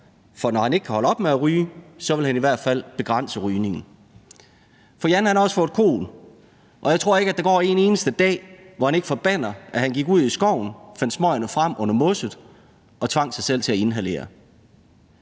for når han ikke kan holde op med at ryge, vil han i hvert fald begrænse rygningen. Jan har også fået KOL, og jeg tror ikke, der går en eneste dag, hvor han ikke forbander, at han gik ud i skoven, fandt smøgerne frem under mosset og tvang sig selv til at inhalere.